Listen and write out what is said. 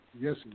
yes